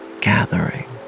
gathering